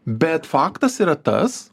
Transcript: bet faktas yra tas